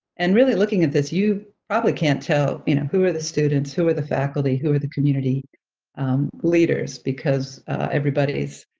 and really looking at this, you probably can't tell you know who are the students, who are the faculty, who are the community leaders because everybody's